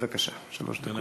בבקשה, שלוש דקות.